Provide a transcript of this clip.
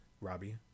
Robbie